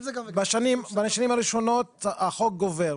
זה גם וגם --- בשנים הראשונות החוק גובר.